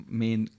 main